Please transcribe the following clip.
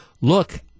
look